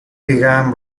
began